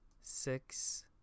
six